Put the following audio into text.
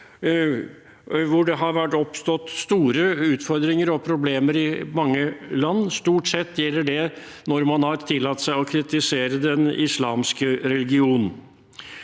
hvor det har oppstått store utfordringer og problemer i mange land. Stort sett gjelder det når man har tillatt seg å kritisere den islamske religion.